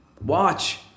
Watch